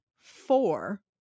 four